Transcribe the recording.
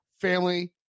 family